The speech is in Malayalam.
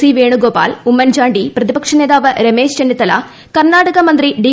സി വേണുഗോപാൽ ഉമ്മൻചാണ്ടി പ്രതിപക്ഷ നേതാവ് രമേശ് ചെന്നിത്തല കർണ്ണാടക മന്ത്രി ഡി